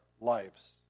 lives